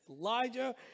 Elijah